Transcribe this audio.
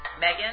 Megan